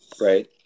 Right